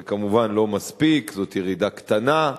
זה כמובן לא מספיק, זאת ירידה קטנה,